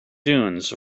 dunes